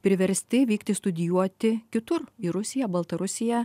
priversti vykti studijuoti kitur į rusiją baltarusiją